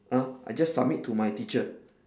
ah I just submit to my teacher